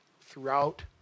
throughout